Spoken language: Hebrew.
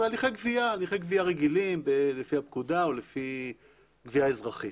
אלה הליכי גבייה רגילים לפי הפקודה או לפי גבייה אזרחית.